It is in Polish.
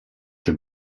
czy